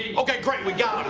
okay, great. we got him.